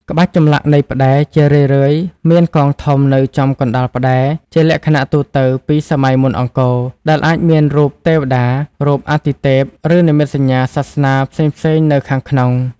ក្បាច់ចម្លាក់នៃផ្ដែរ ជារឿយៗមាន កងធំ នៅចំកណ្ដាលផ្តែរ (ជាលក្ខណៈទូទៅពីសម័យមុនអង្គរ) ដែលអាចមានរូបទេវតា រូបអាទិទេព ឬនិមិត្តសញ្ញាសាសនាផ្សេងៗនៅខាងក្នុង។